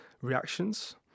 reactions